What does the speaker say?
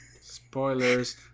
Spoilers